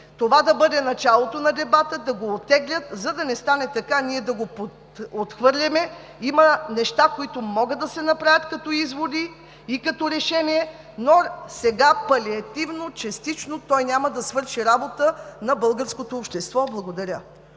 това да бъде началото на дебата, да го оттеглят, за да не стане така, че ние да го отхвърлим. Има неща, които могат да се направят като изводи и като решение, но сега палеативно, частично той няма да свърши работа на българското общество. Благодаря.